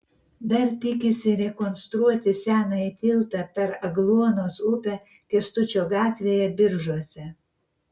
dar tikisi rekonstruoti senąjį tiltą per agluonos upę kęstučio gatvėje biržuose